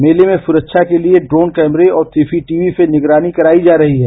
मेले मे सुखा के लिये र्ल्रोन कैमरे और सी सी टीवी से निगरानी कराई जा रही है